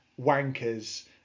wankers